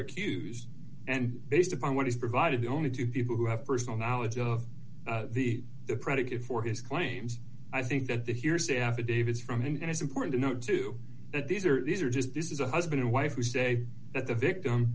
accused and based upon what he's provided the only two people who have personal knowledge of the the predicate for his claims i think that the hearsay affidavits from him and it's important to note too that these are these are just this is a husband and wife who say that the victim